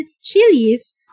chilies